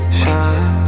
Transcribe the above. shine